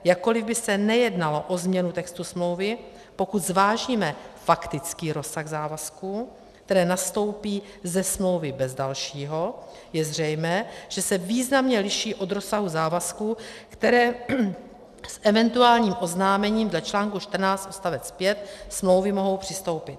Jakkoliv by se nejednalo o změnu textu smlouvy, pokud zvážíme faktický rozsah závazků, které nastoupí ze smlouvy bez dalšího, je zřejmé, že se významně liší od rozsahu závazků, které s eventuálním oznámením dle článku 14 odst. 5 smlouvy mohou přistoupit.